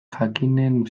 jakinen